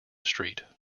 street